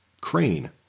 Crane